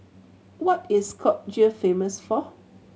what is Skopje famous for